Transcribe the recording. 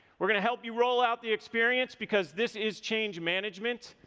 we're gonna help you roll out the experience because this is change management.